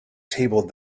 table